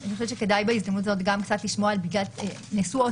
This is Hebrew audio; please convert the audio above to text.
כדאי בהזדמנות הזאת גם קצת לשמוע על כך שנעשו עוד